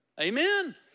Amen